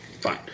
fine